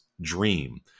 dream